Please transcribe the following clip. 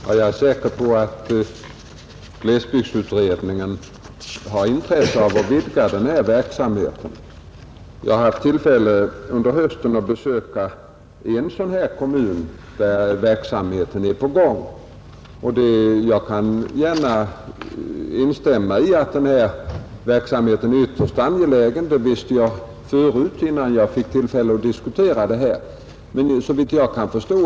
Herr talman! Jag är säker på att glesbygdsutredningen har intresse av att vidga denna försöksverksamhet. Jag hade i höstas tillfälle att besöka en kommun, där denna verksamhet är på gång, och jag kan instämma i att denna försöksverksamhet är ytterst angelägen. Det visste jag också redan innan jag fick tillfälle att diskutera frågan här.